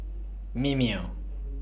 Mimeo